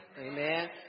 amen